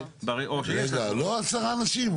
רגע, לא עשרה אנשים.